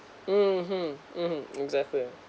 mm hmm mm exactly